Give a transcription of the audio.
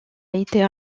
été